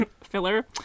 filler